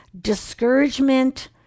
discouragement